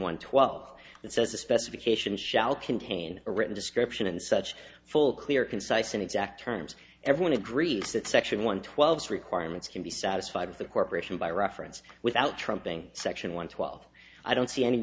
one twelve it says the specification shall contain a written description in such full clear concise and exact terms everyone agrees that section one twelve's requirements can be satisfied if the corporation by reference without trumping section one twelve i don't see any